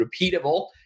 repeatable